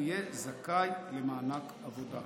הוא יהיה זכאי למענק עבודה.